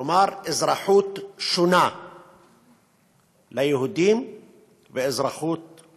כלומר, אזרחות שונה ליהודים ולערבים.